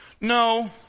No